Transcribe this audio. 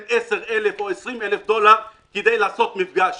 10,000 או 20,000 דולר כדי לערוך מפגש.